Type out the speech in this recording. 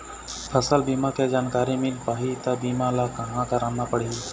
फसल बीमा के जानकारी मिल पाही ता बीमा ला कहां करना पढ़ी?